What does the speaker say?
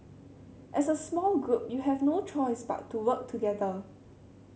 as a small group you have no choice but to work together